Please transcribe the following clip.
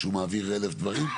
כשהוא מעביר אלף דברים,